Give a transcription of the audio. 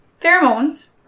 Pheromones